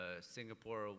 Singapore